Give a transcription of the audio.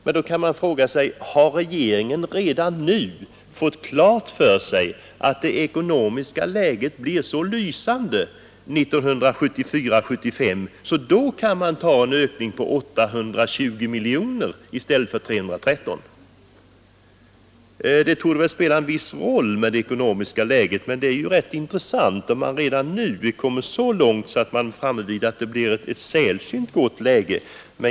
Men då är frågan: Har regeringen redan klart för sig att det ekonomiska läget 1974 75.